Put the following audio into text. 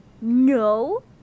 No